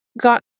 got